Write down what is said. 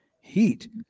heat